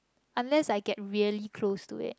unless I get really close to it